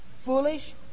Foolish